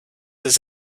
his